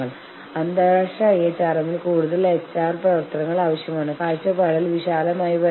നിങ്ങൾ ഞങ്ങളോട് യോജിക്കുന്നില്ലെങ്കിൽ ഞങ്ങൾ പണിമുടക്കുമെന്ന് തൊഴിലാളി സംഘടനകൾ പറയുന്നു